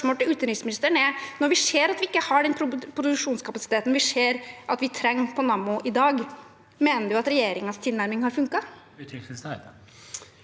Når vi ser at vi ikke har den produksjonskapasiteten vi trenger på Nammo i dag, mener utenriksministeren da at regjeringens tilnærming har funket?